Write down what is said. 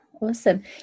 awesome